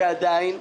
ועדיין,